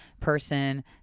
person